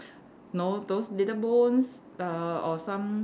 no those little bones err or some